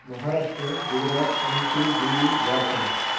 Maharashtra Gujarat M P Delhi Jharkhand